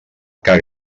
que